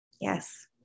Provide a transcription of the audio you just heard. Yes